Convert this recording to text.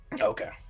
Okay